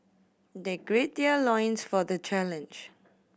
they gird their loins for the challenge